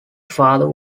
father